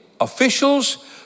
officials